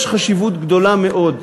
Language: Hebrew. יש חשיבות גדולה מאוד,